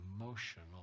emotional